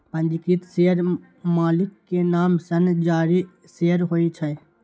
पंजीकृत शेयर मालिक के नाम सं जारी शेयर होइ छै